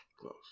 Close